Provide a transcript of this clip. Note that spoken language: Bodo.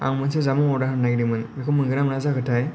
आं मोनसे जामुं अर्दार होनो नागिरदोंमोन बेखौ मोनगोनना मोना जाखो थाय